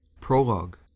Prologue